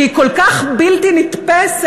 כי היא כל כך בלתי נתפסת,